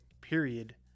period